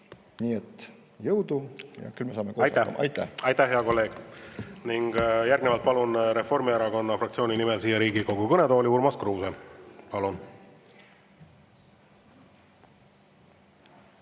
Nii et jõudu! Ja küll me saame koos hakkama. Aitäh! Aitäh, hea kolleeg! Järgnevalt palun Reformierakonna fraktsiooni nimel siia Riigikogu kõnetooli Urmas Kruuse. Palun!